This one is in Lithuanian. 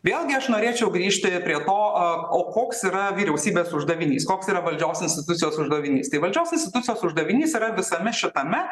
vėlgi aš norėčiau grįžti prie to o koks yra vyriausybės uždavinys koks yra valdžios institucijos uždavinys tai valdžios institucijos uždavinys yra visame šitame